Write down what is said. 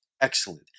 excellent